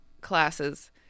classes